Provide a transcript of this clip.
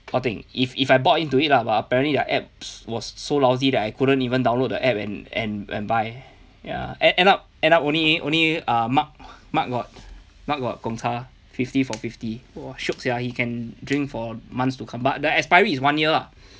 what thing if if I bought into it lah but apparently their apps was so lousy that I couldn't even download the app and and and buy ya end end up end up only only uh mark mark got mark got gong cha fifty for fifty !wah! shiok sia he can drink for months to come but the expiry is one year lah